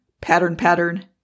pattern-pattern